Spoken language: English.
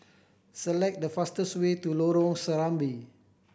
select the fastest way to Lorong Serambi